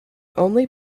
only